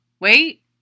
wait